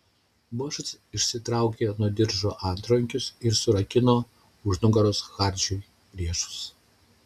bošas išsitraukė nuo diržo antrankius ir surakino už nugaros hardžiui riešus